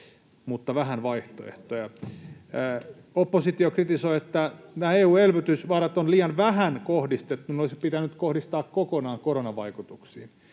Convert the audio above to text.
mutta vähän vaihtoehtoja. Oppositio kritisoi, että näitä EU-elvytysvaroja on liian vähän kohdistettu, ne olisi pitänyt kohdistaa kokonaan koronavaikutuksiin.